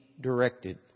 directed